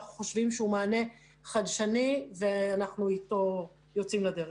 אנחנו חושבים שהוא מענה חדשני ואתו אנחנו יוצאים לדרך.